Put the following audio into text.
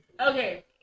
Okay